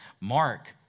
Mark